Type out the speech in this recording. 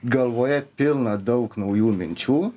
galvoje pilna daug naujų minčių